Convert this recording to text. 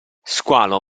squalo